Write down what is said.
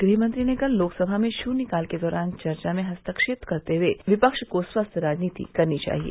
गृहमंत्री ने कल लोकसभा में शून्यकाल के दौरान चर्चा में हस्तक्षेप करते हुए कहा कि विपक्ष को स्वस्थ राजनीति करनी चाहिए